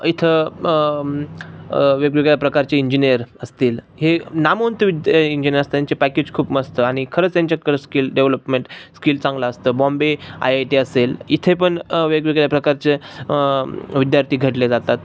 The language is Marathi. इथं वेगवेगळ्या प्रकारचे इंजिनीयर असतील हे नामवंत इंजिनियर अस त्यांचे पॅकेज खूप मस्त आणि खरंच त्यांच्याकडे स्किल डेव्हलपमेंट स्किल चांगला असतं बॉम्बे आय आय टी असेल इथे पण वेगवेगळ्या प्रकारचे विद्यार्थी घडले जातात